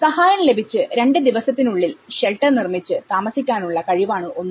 സഹായം ലഭിച്ച് രണ്ടു ദിവസത്തിനുള്ളിൽ ഷെൽട്ടർ നിർമ്മിച്ച് താമസിക്കാനുള്ള കഴിവാണ് ഒന്ന്